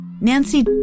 Nancy